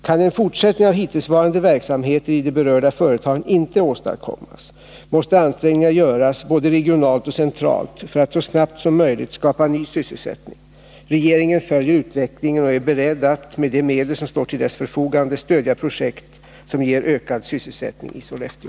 Kan en fortsättning av hittillsvarande verksamheter i de berörda företagen inte åstadkommas måste ansträngningar göras, både regionalt och centralt, för att så snabbt som möjligt skapa ny sysselsättning. Regeringen följer utvecklingen och är beredd att, med de medel som står till dess förfogande, stödja projekt som ger ökad sysselsättning i Sollefteå.